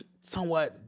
Somewhat